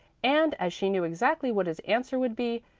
and, as she knew exactly what his answer would be,